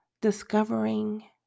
discovering